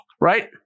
Right